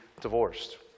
divorced